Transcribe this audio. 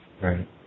Right